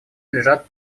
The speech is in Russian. лежат